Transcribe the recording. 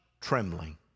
trembling